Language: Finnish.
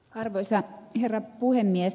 arvoisa herra puhemies